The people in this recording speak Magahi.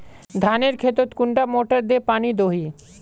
धानेर खेतोत कुंडा मोटर दे पानी दोही?